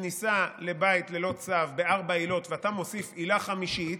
לכניסה לבית ללא צו בארבע עילות ואתה מוסיף עילה חמישית,